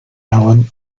allen